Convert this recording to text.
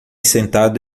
sentado